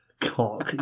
cock